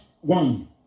one